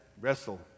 wrestle